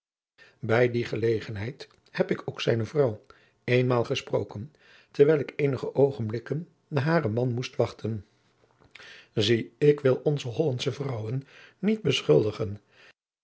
bij die gelegenheid heb ik ook zijne vrouw eenmaal gesproken terwijl ik eenige oogenblikken naar haren man moest wachten zie ik wil onze hollandsche vrouwen niet beschuldigen